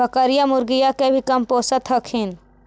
बकरीया, मुर्गीया के भी कमपोसत हखिन?